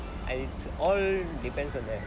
and it's all depends on them